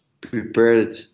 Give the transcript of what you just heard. prepared